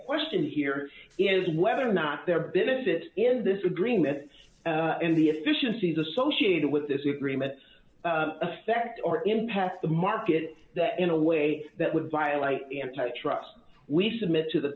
question here is whether or not there benefit in this agreement and the efficiencies associated with this agreement affect or impact the market in a way that would violate antitrust we submit to the